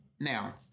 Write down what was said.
Now